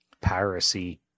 piracy